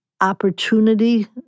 opportunity